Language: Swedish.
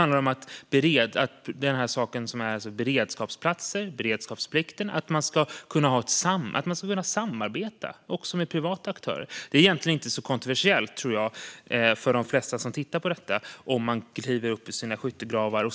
Beredskapsplikten ska innebära att man kan samarbeta även med privata aktörer. Det är nog inte så kontroversiellt egentligen för de flesta om de kliver upp ur sina skyttegravar.